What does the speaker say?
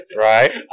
Right